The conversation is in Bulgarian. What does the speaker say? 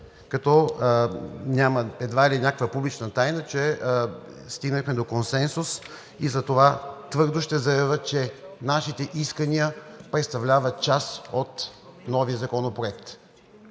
като едва ли е някаква публична тайна, че стигнахме до консенсус и затова твърдо ще заявя, че нашите искания представляват част от нови законопроекти.